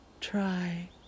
Try